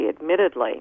admittedly